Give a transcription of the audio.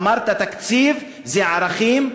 אמרת: תקציב זה ערכים,